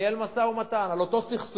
וניהל משא-ומתן, על אותו סכסוך,